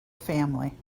family